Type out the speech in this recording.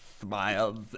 Smiles